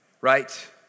Right